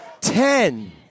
Ten